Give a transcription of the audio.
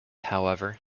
however